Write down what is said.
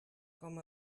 com